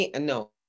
no